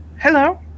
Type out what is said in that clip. Hello